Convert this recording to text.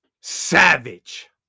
savage